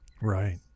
Right